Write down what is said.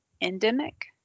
endemic